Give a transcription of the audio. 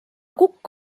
kukk